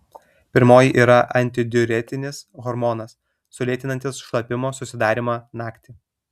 pirmoji yra antidiuretinis hormonas sulėtinantis šlapimo susidarymą naktį